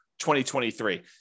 2023